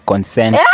Consent